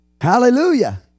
Hallelujah